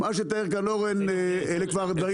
מה שתיאר כאן אורן הם כבר דברים אחרים.